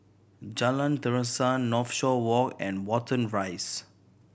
Jalan Terusan Northshore Walk and Watten Rise